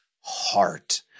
heart